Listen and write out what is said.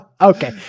Okay